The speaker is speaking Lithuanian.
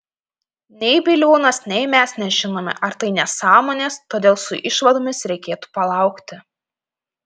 nei biliūnas nei mes nežinome ar tai nesąmonės todėl su išvadomis reikėtų palaukti